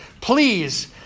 please